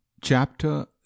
Chapter